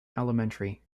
elementary